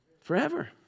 forever